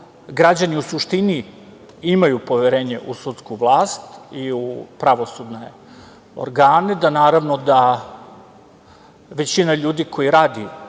građani u suštini imaju poverenje u sudsku vlast i u pravosudne organe. Naravno da većina ljudi koji rade